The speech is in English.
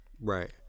Right